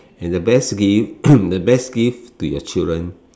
and the best gift the best gift to your children